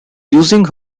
using